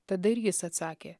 tada ir jis atsakė